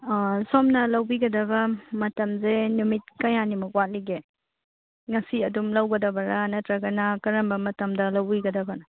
ꯁꯣꯝꯅ ꯂꯧꯕꯤꯒꯗꯕ ꯃꯇꯝꯁꯦ ꯅꯨꯃꯤꯠ ꯀꯌꯥꯅꯤꯃꯨꯛ ꯋꯥꯠꯂꯤꯒꯦ ꯉꯁꯤ ꯑꯗꯨꯝ ꯂꯧꯒꯗꯕꯔꯥ ꯅꯠꯇ꯭ꯔꯒꯅ ꯀꯔꯝꯕ ꯃꯇꯝꯗ ꯂꯧꯕꯤꯒꯗꯕꯅꯣ